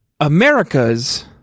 America's